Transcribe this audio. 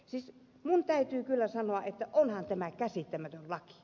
siis minun täytyy kyllä sanoa että onhan tämä käsittämätön laki